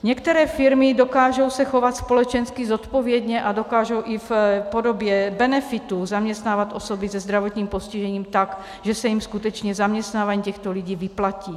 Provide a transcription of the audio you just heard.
Některé firmy se dokážou chovat společensky zodpovědně a dokážou i v podobě benefitů zaměstnávat osoby se zdravotním postižením tak, že se jim skutečně zaměstnávání těchto lidí vyplatí.